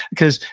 because,